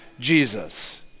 Jesus